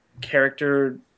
character